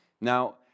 Now